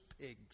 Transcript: pigs